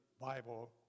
Bible